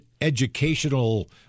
educational